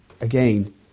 again